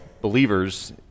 Believers